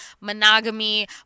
monogamy